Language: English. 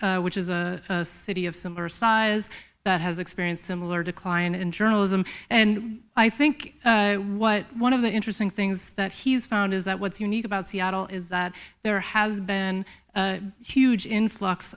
which is a city of similar size that has experienced similar decline in journalism and i think what one of the interesting things that he's found is that what's unique about seattle is that there has been huge influx